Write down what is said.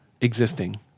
existing